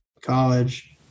college